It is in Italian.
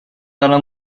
dalla